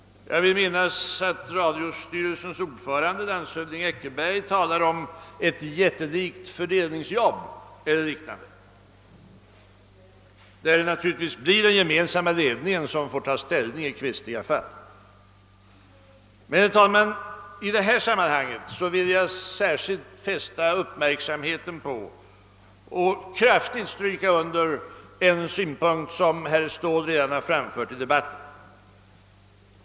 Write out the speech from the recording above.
Jag vill minnas att radiostyrelsens ordförande, landshövding Eckerberg, talade om ett jättelikt fördelningsjobb eller liknande, där det naturligtvis blir den gemensamma ledningen som får ta ställning i kvistiga fall. I detta sammanhang, herr talman, vill jag särskilt fästa uppmärksamheten på och kraftigt stryka under en synpunkt, som herr Ståhl redan har framfört i debatten.